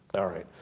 alright.